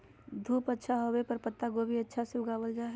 धूप अच्छा होवय पर पत्ता गोभी अच्छा से उगावल जा हय